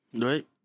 Right